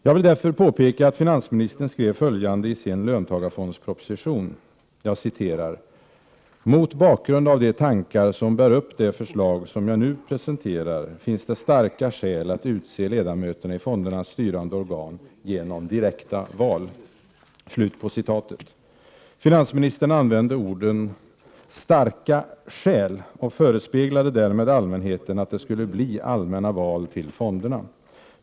Jag vill därför påpeka att finansministern skrev följande i sin löntagarfondsproposition : ”Mot bakgrund av de tankar som bär upp det förslag som jag nu presenterar finns det starka skäl att utse ledamöterna i fondernas styrande organ genom direkta val.” Finansministern använde orden ”starka skäl” och förespeglade därmed allmänheten att det skulle bli allmänna val till fonderna.